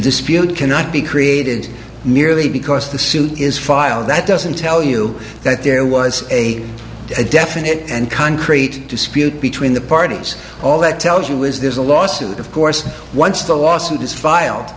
dispute cannot be created merely because the suit is filed that doesn't tell you that there was a definite and concrete dispute between the parties all that tells you is there's a lawsuit of course once the lawsuit is filed